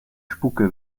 spucke